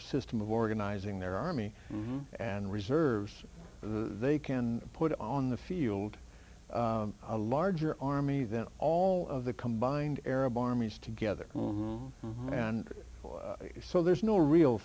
system of organizing their army and reserves they can put on the field a larger army then all of the combined arab armies together and so there's no real